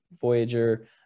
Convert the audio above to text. Voyager